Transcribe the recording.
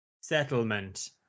settlement